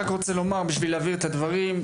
אני רק רוצה להגיד בשביל להבהיר את הדברים.